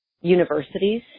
universities